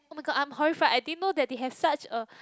oh-my-god I'm horrified I didn't know that they have such a